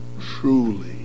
truly